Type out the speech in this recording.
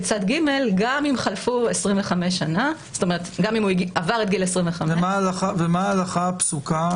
צד ג' גם אם הוא עבר את גיל 25. ומה ההלכה הפסוקה?